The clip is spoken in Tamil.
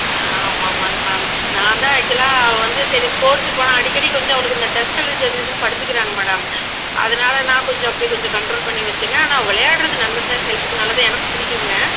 ஆ ஆமாம் ஆமாங்க மேம் நான் தான் ஆக்சுவலாக வந்து சரி ஸ்போட்ஸ்க்கு போனால் அடிக்கடி கொஞ்சம் அவளுக்கு இந்த டஸ்ட் அலர்ஜி அது இதுன்னு படுத்துக்கிறாங்க மேடம் அதனால நான் கொஞ்சம் அப்படி கொஞ்சம் கண்ட்ரோல் பண்ணி வைச்சேங்க ஆனால் விளையாட்றது நல்லதுதான் ஹெல்த்துக்கு நல்லது தான் எனக்கும் பிடிக்குங்க